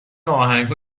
آهنگها